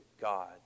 god